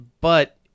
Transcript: but-